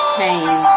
pain